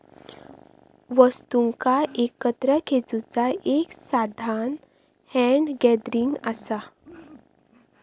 वस्तुंका एकत्र खेचुचा एक साधान हॅन्ड गॅदरिंग असा